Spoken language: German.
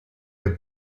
der